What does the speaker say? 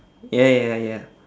ya ya ya